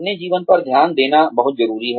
अपने जीवन पर ध्यान देना बहुत जरूरी है